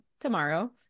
tomorrow